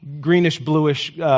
greenish-bluish